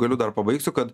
galiu dar pabaigsiu kad